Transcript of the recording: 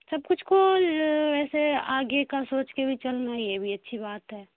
سب کچھ کو ویسے آگے کا سوچ کے بھی چلنا یہ بھی اچھی بات ہے